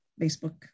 Facebook